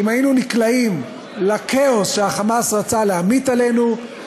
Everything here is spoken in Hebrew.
ואם היינו נקלעים לכאוס שה"חמאס" רצה להמיט עלינו,